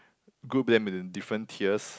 group them into different tiers